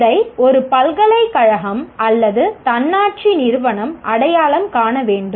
இதை ஒரு பல்கலைக்கழகம் அல்லது தன்னாட்சி நிறுவனம் அடையாளம் காண வேண்டும்